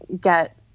get